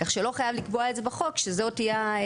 כך שלא חייב לקבוע את זה בחוק שזאת תהיה,